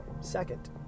second